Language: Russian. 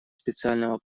специального